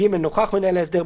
(ג) נוכח מנהל ההסדר,